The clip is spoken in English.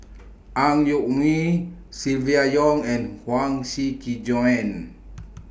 Ang Yoke Mooi Silvia Yong and Huang Shiqi Joan